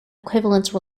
equivalence